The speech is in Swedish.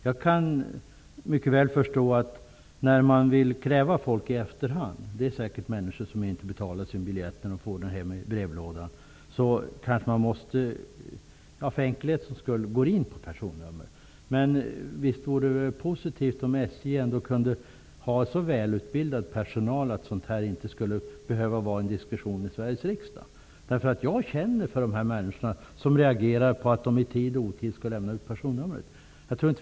Jag kan mycket väl förstå att det när man i efterhand kräver människor på kostnaden för en biljett som de fått via brevlådan finns en del som inte vill betala sin biljett och att man då för enkelhetens skull kanske måste tillgripa personnummer. Men visst vore det positivt om SJ kunde ha så väl utbildad personal att vi inte skulle behöva föra en debatt om detta i Sveriges riksdag. Jag känner för de människor som reagerar mot att i tid och otid tvingas lämna ut sitt personnummer.